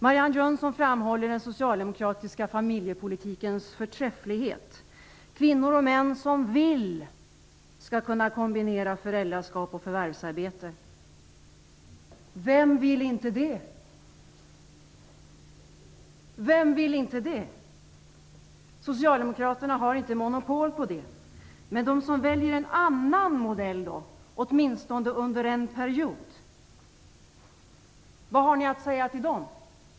Marianne Jönsson framhåller den socialdemokratiska familjepolitikens förträfflighet. Kvinnor och män som vill skall kunna kombinera föräldraskap och förvärvsarbete. Vem vill inte det? Socialdemokraterna har inte monopol på detta. Vad har ni att säga till dem som då väljer en annan modell, åtminstone under en period?